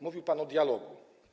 Mówił pan o dialogu.